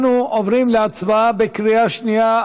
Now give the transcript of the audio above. אנחנו עוברים להצבעה בקריאה שנייה,